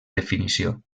definició